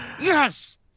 Yes